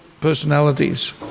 personalities